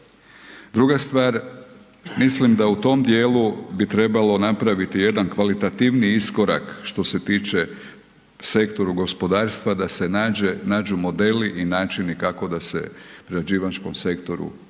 druga stvar, milim da u tom djelu bi trebalo napraviti jedan kvalitativniji iskorak što se tiče sektoru gospodarstva da se nađu modeli i načini kako da se prerađivačkom sektoru što